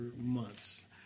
months